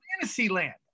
Fantasyland